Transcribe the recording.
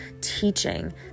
teaching